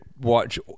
watch